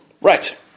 Right